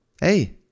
hey